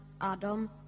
Adam